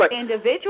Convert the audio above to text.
individual